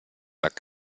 sack